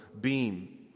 beam